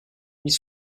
ils